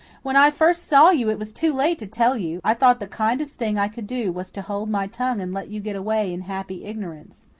when i first saw you it was too late to tell you. i thought the kindest thing i could do was to hold my tongue and let you get away in happy ignorance.